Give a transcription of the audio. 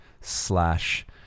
slash